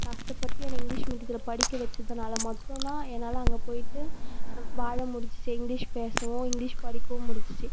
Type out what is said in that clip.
கஷ்டப்பட்டு என்னை இங்க்லீஷ் மீடியத்தில் படிக்க வைச்சதுனால மட்டுந்தான் என்னால் அங்கே போய்ட்டு வாழ முடிஞ்சுச்சு இங்க்லீஷ் பேசவும் இங்க்லீஷ் படிக்கவும் முடிஞ்சுச்சு